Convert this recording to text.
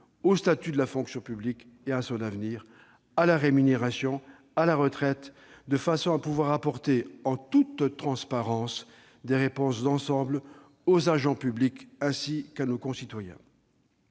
au statut de la fonction publique et à son avenir, à la rémunération, à la retraite, de façon à pouvoir apporter, en toute transparence, des réponses d'ensemble aux agents publics, ainsi qu'à nos concitoyens.